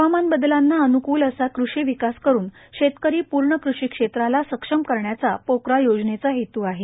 हवामान बदलांना अनुकूल असा कृषी विकास करून शेतकरी पूर्ण कृषी क्षेत्राला सक्षम करण्याचा पोकरा योजनेचा हेतू आहे